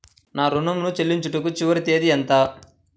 నా ఋణం ను చెల్లించుటకు చివరి తేదీ ఎంత?